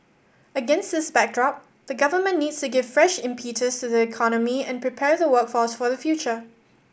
against this backdrop the Government needs to give fresh impetus to the economy and prepare the workforce for the future